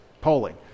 polling